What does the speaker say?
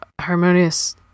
harmonious